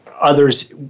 others